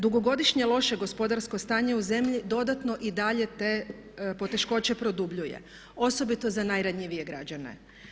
Dugogodišnje loše gospodarsko stanje u zemlji dodatno i dalje te poteškoće produbljuje osobito za najranjivije građene.